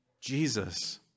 Jesus